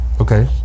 Okay